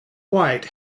white